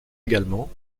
également